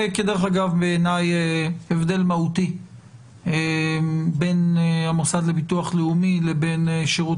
בעיניי זה הבדל מהותי בין המוסד לביטוח לאומי לבין שירות